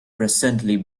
presently